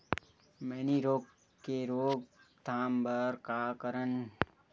मैनी रोग के रोक थाम बर का करन?